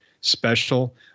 special